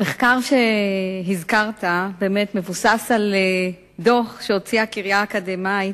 המחקר שהזכרת באמת מבוסס על דוח שהוציאה הקריה האקדמית,